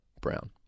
Brown